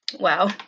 Wow